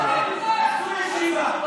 תודה רבה.